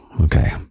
okay